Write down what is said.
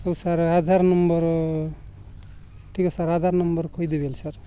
ହଉ sir Aadhaar number ଟିକିଏ sir Aadhaar number କହିଦେବେ କି ସାର୍